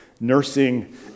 Nursing